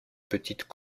petites